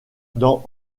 dans